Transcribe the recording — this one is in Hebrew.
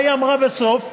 מה היא אמרה בסוף?